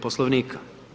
Poslovnika.